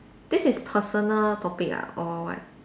this is personal topic ah or what